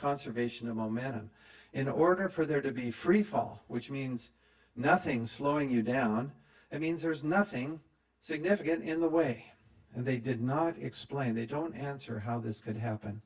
conservation of momentum in order for there to be freefall which means nothing slowing you down it means there is nothing significant in the way and they did not explain they don't answer how this could happen